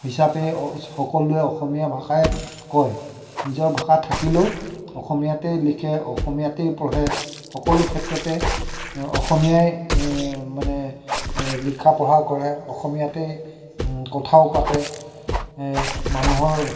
হিচাপে সকলোৱে অসমীয়া ভাষাই কয় নিজৰ ভাষা থাকিলেও অসমীয়াতেই লিখে অসমীয়াতেই পঢ়ে সকলো ক্ষেত্ৰতে অসমীয়াই মানে লিখা পঢ়া কৰে অসমীয়াতেই কথাও পাতে মানুহৰ